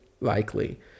likely